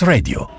Radio